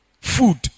food